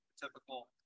typical